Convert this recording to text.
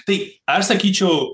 tai aš sakyčiau